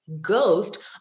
ghost